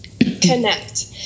connect